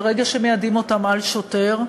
ברגע שמיידים אותם על שוטר,